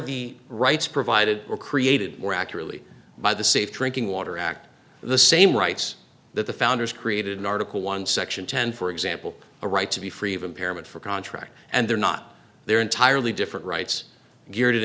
the rights provided or created more accurately by the safe drinking water act the same rights that the founders created in article one section ten for example a right to be free of impairment for contract and they're not they're entirely different rights geared